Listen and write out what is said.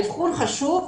האבחון חשוב,